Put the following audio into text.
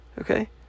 Okay